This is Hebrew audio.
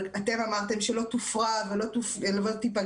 אתם אמרתם שלא תופרד ולא תיפגע